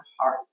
heart